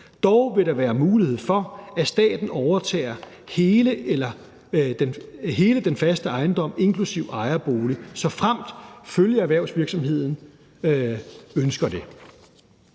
Dog vil der være mulighed for, at staten overtager hele den faste ejendom, inklusive ejerbolig, såfremt følgeerhvervsvirksomheden ønsker det.